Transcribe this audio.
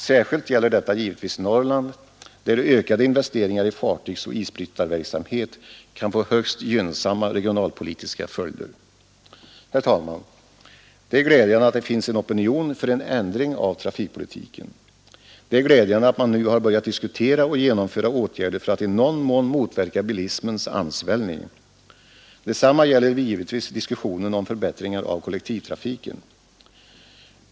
Särskilt gäller detta givetvis Norrland, där ökade investeringar i fartygsoch isbrytarverksamhet kan få högst gynnsamma regionalpolitiska följder. Herr talman! Det är glädjande att det finns en opinion för en ändring av trafikpolitiken. Det är också glädjande att man nu har börjat diskutera och genomföra åtgärder för att i någon mån motverka bilismens ansvällning. Detsamma gäller givetvis diskussionen om förbättringar av kollektivtrafiken.